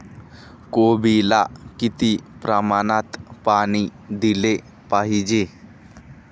कोबीला किती प्रमाणात पाणी दिले पाहिजे?